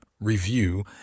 review